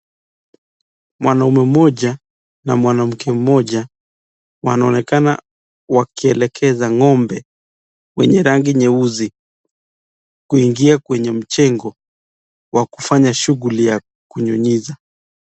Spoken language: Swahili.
Mwanaume moja na mwanamke moja wanonekana wakielekesa wenye rangi nyeusi kuingia kwenye mchengo wa kufanya shughuli ya kunyunyisia.